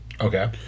Okay